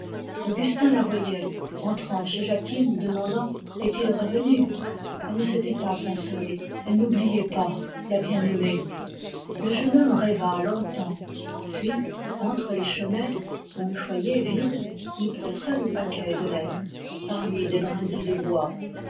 augustin la voyait entrant chez jacquine demandant est-il revenu elle ne s'était pas consolée elle n'oubliait pas la bien-aimée le jeune homme rêva longtemps puis entre les chenets dans le foyer vide il plaça le paquet de lettres parmi les brindilles de bois